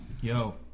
Yo